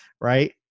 right